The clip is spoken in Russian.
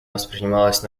воспринималось